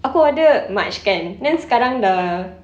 aku order march kan then sekarang dah